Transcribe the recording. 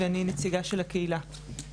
ואני נציגה של הקהילה.